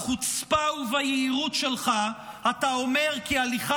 בחוצפה וביהירות שלך אתה אומר כי הליכה